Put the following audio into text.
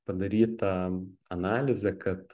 padaryta analizė kad